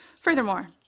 Furthermore